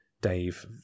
Dave